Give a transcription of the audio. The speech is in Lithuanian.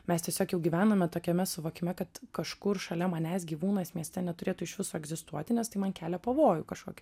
mes tiesiog jau gyvename tokiame suvokime kad kažkur šalia manęs gyvūnas mieste neturėtų iš viso egzistuoti nes tai man kelia pavojų kažkokį